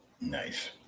Nice